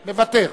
מוותר?